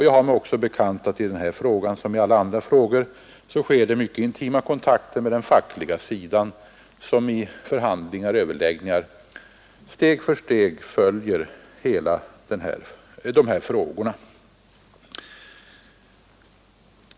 Jag har mig också bekant att det i denna fråga som i alla andra frågor sker mycket intima kontakter med den fackliga sidan som i förhandlingar och överläggningar steg för steg följer dessa frågor.